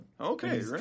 Okay